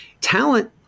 talent